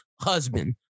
husband